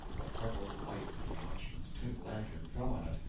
the freckled light from the watchman's tin lantern fell on it,